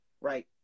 Right